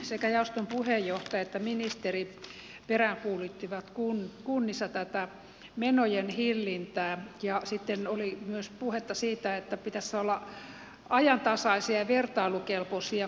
sekä jaoston puheenjohtaja että ministeri peräänkuuluttivat kunnissa tätä menojen hillintää ja sitten oli myös puhetta siitä että pitäisi olla ajantasaisia ja vertailukelpoisia kustannustietoja